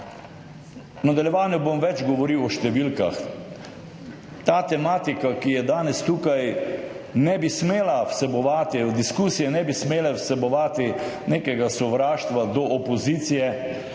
nadaljevanju bom več govoril o številkah. Ta tematika, ki je danes tukaj, ne bi smela vsebovati diskusije, ne bi smela vsebovati nekega sovraštva do opozicije